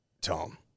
Tom